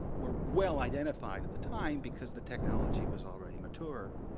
were well identified at the time because the technology was already mature.